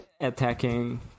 attacking